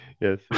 Yes